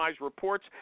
reports